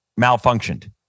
malfunctioned